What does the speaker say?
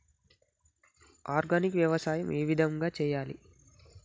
Organic వ్యవసాయం ఏ విధంగా చేయాలి?